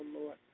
Lord